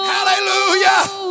Hallelujah